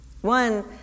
One